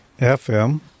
FM